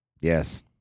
Yes